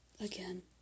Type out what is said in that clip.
Again